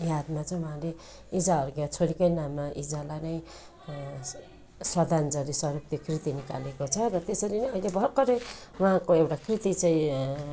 छोरीको यादमा चाहिँ उहाँले इजा अर्घ छोरीकै नाममा इजालाई नै श्रद्धाञ्जली स्वरूप यो कृति निकालेको छ र त्यसरी नै अहिले भर्खरै उहाँको एउटा कृति चाहिँ